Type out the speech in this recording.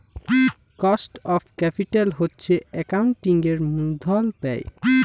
cost of capital হছে একাউল্টিংয়ের মূলধল ব্যায়